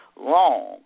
long